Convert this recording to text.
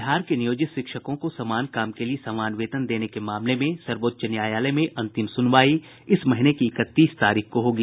बिहार के नियोजित शिक्षकों को समान काम के लिए समान वेतन देने के मामले में सर्वोच्च न्यायालय में अंतिम सुनवाई इस महीने की इकतीस तारीख को होगी